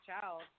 child